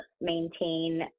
maintain